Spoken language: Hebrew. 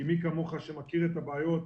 כי מי כמוך מכיר את הבעיות,